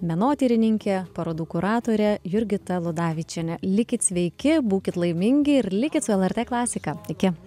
menotyrininkė parodų kuratorė jurgita ludavičienė likit sveiki būkit laimingi ir likit su lrt klasika iki